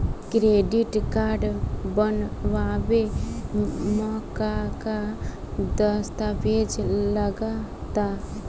Credit card बनवावे म का का दस्तावेज लगा ता?